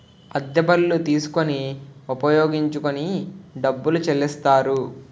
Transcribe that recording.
అద్దె బళ్ళు తీసుకొని ఉపయోగించుకొని డబ్బులు చెల్లిస్తారు